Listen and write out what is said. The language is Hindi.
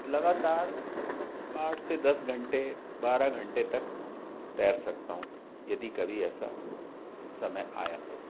लगातार आठ से दस घंटे बारह घंटे तक तैर सकता हूँ यदि कभी ऐसा समय आया तो